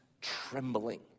trembling